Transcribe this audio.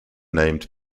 named